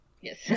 yes